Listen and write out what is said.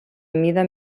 mida